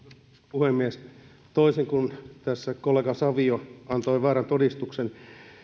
puhemies toisin kuin tässä kollega savio antoi väärän todistuksen